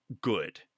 good